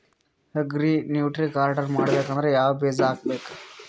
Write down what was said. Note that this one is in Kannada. ಅಗ್ರಿ ನ್ಯೂಟ್ರಿ ಗಾರ್ಡನ್ ಮಾಡಬೇಕಂದ್ರ ಯಾವ ಬೀಜ ಹಾಕಬೇಕು?